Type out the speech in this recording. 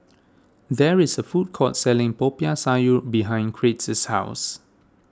there is a food court selling Popiah Sayur behind Crete's house